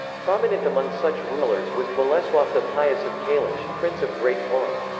prominent among such rulers was boleslaw the pious of kalisz, prince of great poland.